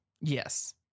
Yes